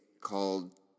called